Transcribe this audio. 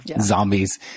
zombies